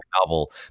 novel